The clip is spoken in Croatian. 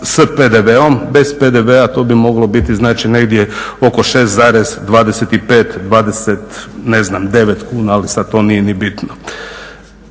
s PDV-om. Bez PDV-a to bi moglo biti znači negdje oko 6,25, 20 ne znam 9 kuna ali sad to nije ni bitno.